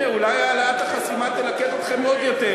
מאוד פעיל ומאוד מלוכד.